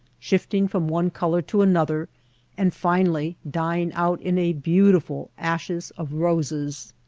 shifting from one color to another and finally dying out in a beautiful ashes of roses.